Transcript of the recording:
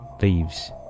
leaves